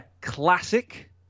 Classic